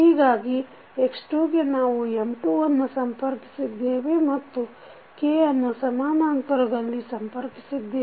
ಹೀಗಾಗಿ x2 ಗೆ ನಾವು M2 ಅನ್ನು ಸಂಪರ್ಕಿಸಿದ್ದೇವೆ ಮತ್ತು K ಅನ್ನು ಸಮಾನಾಂತರದಲ್ಲಿ ಸಂಪರ್ಕಿಸಿದ್ದೇವೆ